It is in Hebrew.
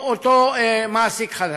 בו כלפי העובדים, אל אותו מעסיק חדש.